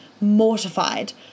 mortified